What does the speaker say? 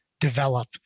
develop